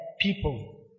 people